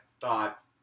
thought